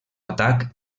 atac